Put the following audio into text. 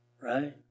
Right